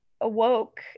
awoke